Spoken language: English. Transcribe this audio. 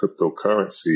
cryptocurrency